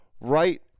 right